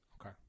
Okay